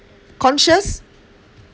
conscious